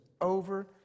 over